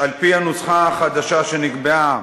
על-פי הנוסחה החדשה שנקבעה.